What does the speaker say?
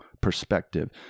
perspective